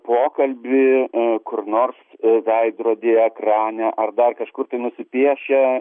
pokalbį kur nors veidrodyje ekrane ar dar kažkur tai nusipiešę